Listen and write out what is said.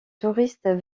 touristes